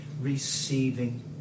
receiving